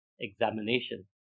examination